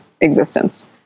existence